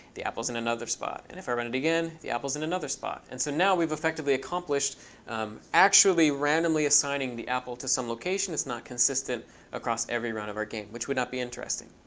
the apple's in another spot. and if i run it again, the apple's in another spot. and so now we've effectively accomplished actually randomly assigning the apple to some location. it's not consistent across every run of our game which would not be interesting.